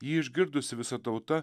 jį išgirdusi visa tauta